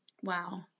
Wow